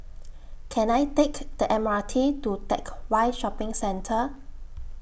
Can I Take The M R T to Teck Whye Shopping Centre